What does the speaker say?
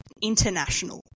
international